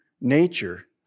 nature